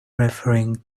referring